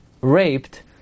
raped